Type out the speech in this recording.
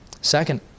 second